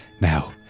Now